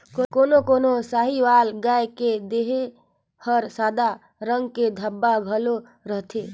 कोनो कोनो साहीवाल गाय के देह हर सादा रंग के धब्बा घलो रहथे